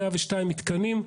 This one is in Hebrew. אנחנו לא חלק ממטה התכנון.